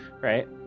right